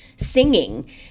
singing